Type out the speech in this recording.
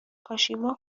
کاشیما